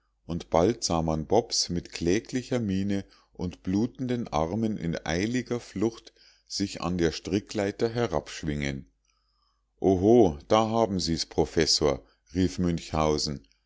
und bald sah man bobs mit kläglicher miene und blutenden armen in eiliger flucht sich an der strickleiter herabschwingen oho da haben sie's professor rief münchhausen